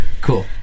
cool